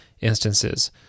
instances